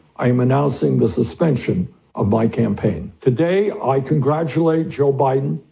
i am announcing the suspension of my campaign. today, i congratulate joe biden,